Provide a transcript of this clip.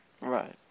Right